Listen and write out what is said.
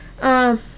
Um-